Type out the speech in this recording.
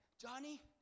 Johnny